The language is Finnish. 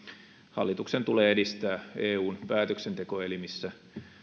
hallituksen tulee edistää eun päätöksentekoelimissä